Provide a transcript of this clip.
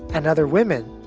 and other women,